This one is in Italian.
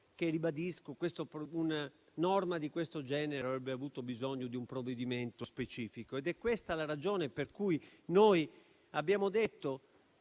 che ribadisco che una norma di questo genere avrebbe avuto bisogno di un provvedimento specifico. È questa la ragione per cui noi abbiamo detto